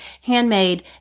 handmade